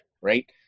right